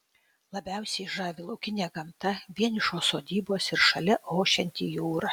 labiausiai žavi laukinė gamta vienišos sodybos ir šalia ošianti jūra